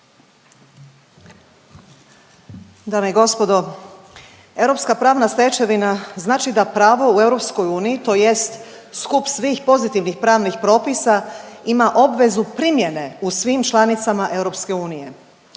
Dame i gospodo, europska pravna stečevina znači da pravo u EU tj. skup svih pozitivnih pravnih propisa ima obvezu primjene u svim članicama EU.